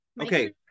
okay